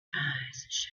eyes